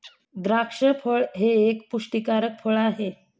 द्राक्ष फळ हे एक पुष्टीकारक फळ आहे